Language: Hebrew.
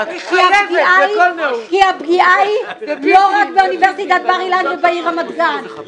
כי הפגיעה היא לא רק באוניברסיטת בר אילן ובעיר רמת גן,